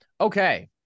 Okay